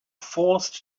forced